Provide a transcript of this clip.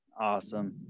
Awesome